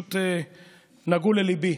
פשוט נגעו לליבי.